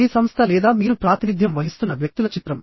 మీ సంస్థ లేదా మీరు ప్రాతినిధ్యం వహిస్తున్న వ్యక్తుల చిత్రం